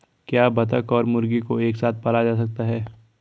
क्या बत्तख और मुर्गी को एक साथ पाला जा सकता है?